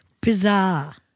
Bizarre